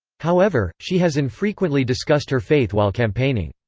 however, she has infrequently discussed her faith while campaigning.